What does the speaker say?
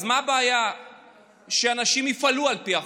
אז מה הבעיה שאנשים יפעלו על פי החוק?